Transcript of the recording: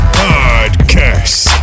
podcast